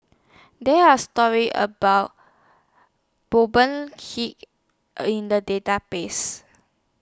There Are stories about Kee in The Database